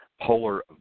polar